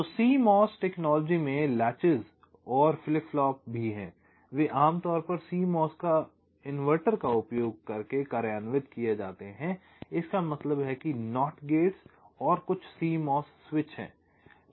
तो CMOS प्रौद्योगिकी में लैचेज़ और फ्लिप फ्लॉप भी हैं वे आमतौर पर CMOS इनवर्टर का उपयोग करके कार्यान्वित किए जाते हैं इसका मतलब है कि NOT गेट्स और कुछ CMOS स्विच हैं